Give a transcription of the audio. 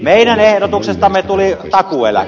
meidän ehdotuksestamme tuli takuueläke